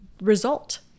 result